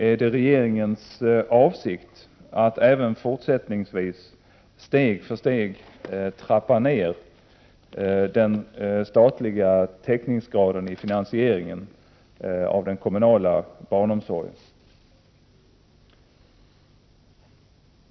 Ärdet regeringens avsikt att även fortsättningsvis steg för steg trappa ner den statliga täckningsgraden i finansieringen av den kommunala barnomsorgen?